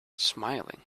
smiling